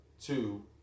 Two